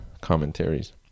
commentaries